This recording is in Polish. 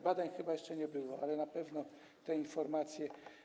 Badań chyba jeszcze nie było, ale na pewno tę informację.